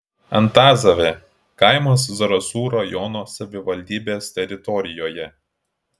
antazavė kaimas zarasų rajono savivaldybės teritorijoje